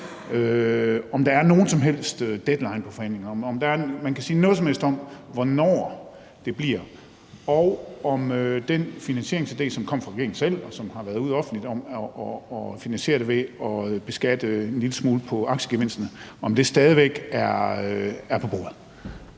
om der er nogen som helst deadline for forhandlingerne; om man kan sige noget som helst om, hvornår det bliver; og om den finansieringsidé, som kom fra regeringen selv, og som har været ude offentligt, nemlig at beskatte aktiegevinster en lille smule, stadig væk er på bordet.